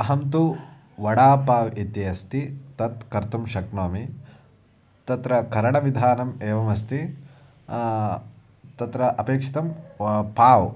अहं तु वडापाव् इति अस्ति तत् कर्तुं शक्नोमि तत्र करणविधानम् एवम् अस्ति तत्र अपेक्षितं व पाव्